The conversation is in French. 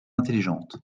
intelligente